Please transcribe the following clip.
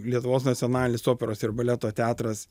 lietuvos nacionalinis operos ir baleto teatras